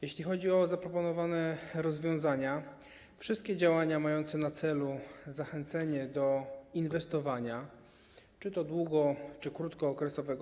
Jeśli chodzi o zaproponowane rozwiązania, to wszystkie działania mające na celu zachęcenie do inwestowania czy to długo-, czy to krótkookresowego.